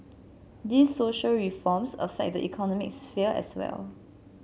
these social reforms affect the economic sphere as well